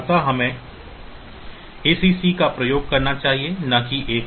अतः हमें acc का प्रयोग करना चाहिए न कि A का